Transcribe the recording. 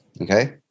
okay